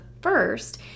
first